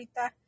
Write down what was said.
ahorita